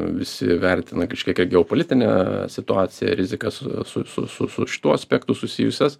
visi vertina kažkiek ir geopolitinę situaciją rizikas su su su su su šituo aspektu susijusias